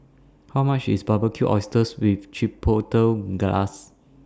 How much IS Barbecued Oysters with Chipotle Glaze